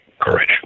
courage